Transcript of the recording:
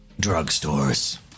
Drugstores